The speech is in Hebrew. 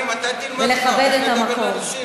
מתי תלמד לדבר לאנשים?